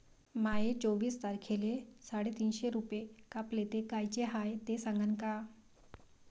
माये चोवीस तारखेले साडेतीनशे रूपे कापले, ते कायचे हाय ते सांगान का?